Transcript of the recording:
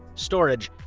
storage,